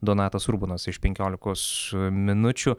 donatas urbonas iš penkiolikos minučių